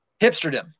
Hipsterdom